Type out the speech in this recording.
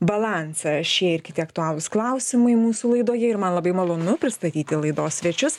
balansą šie ir kiti aktualūs klausimai mūsų laidoje ir man labai malonu pristatyti laidos svečius